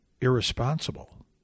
irresponsible